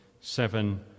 seven